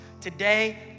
Today